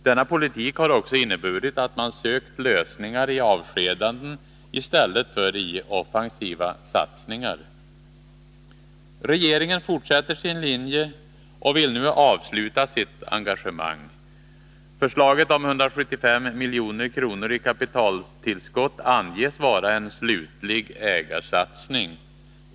Denna politik har också inneburit att man sökt lösningar i avskedanden i stället för offensiva satsningar. Regeringen fortsätter sin linje och vill nu avsluta sitt engagemang. Förslaget om 175 milj.kr. i kapitaltillskott anges vara en slutlig ägarsatsning.